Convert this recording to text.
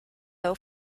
low